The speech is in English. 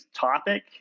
topic